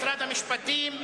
משרד המשפטים,